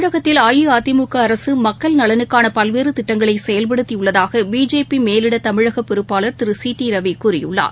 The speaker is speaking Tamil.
தமிழகத்தில் அஇஅதிமுகஅரசுமக்கள் நலனுக்கானபல்வேறுதிட்டங்களைசெயல்படுத்தி இருப்பதாகபிஜேபிமேலிடதமிழகபொறுப்பாளர் திருசி டி ரவிகூறியுள்ளார்